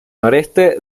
noroeste